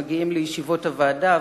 הם מגיעים לישיבות הוועדה,